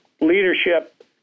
leadership